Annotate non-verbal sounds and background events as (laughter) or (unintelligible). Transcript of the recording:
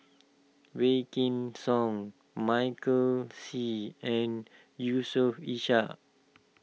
(unintelligible) Song Michael Seet and Yusof Ishak